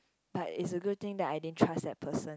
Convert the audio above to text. but it's a good thing that I didn't trust that person